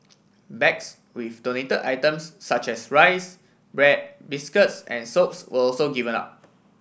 bags with donated items such as rice bread biscuits and soaps were also given out